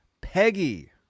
Peggy